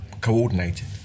coordinated